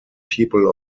people